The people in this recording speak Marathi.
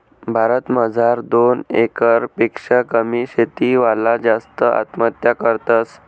भारत मजार दोन एकर पेक्शा कमी शेती वाला जास्त आत्महत्या करतस